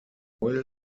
foil